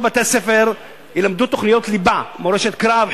בתי-הספר ילמדו תוכניות ליבה: מורשת קרב,